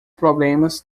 problemas